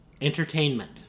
Entertainment